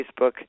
Facebook